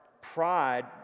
pride